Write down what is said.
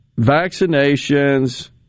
vaccinations